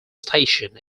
station